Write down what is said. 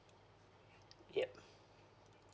yup